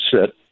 sit